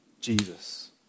Jesus